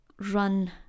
run